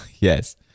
Yes